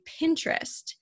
Pinterest